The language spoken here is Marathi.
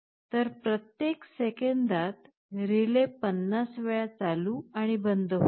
तर प्रत्येक सेकंदात रिले 50 वेळा चालू आणि बंद होईल